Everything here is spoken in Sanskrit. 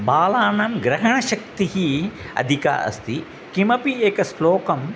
बालानां ग्रहणशक्तिः अधिका अस्ति किमपि एकं श्लोकम्